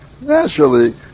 naturally